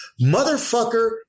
Motherfucker